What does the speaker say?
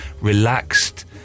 relaxed